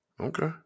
Okay